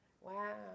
Wow